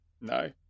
No